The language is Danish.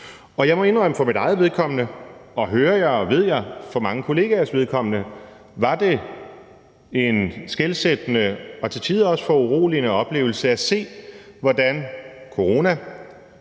Jeg må indrømme, at for mit eget vedkommende – og, hører jeg og ved jeg, for mange kollegaers vedkommende – var det en skelsættende og til tider også foruroligende oplevelse at se, hvordan